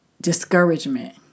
discouragement